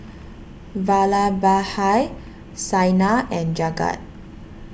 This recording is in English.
Vallabhbhai Saina and Jagat